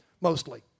mostly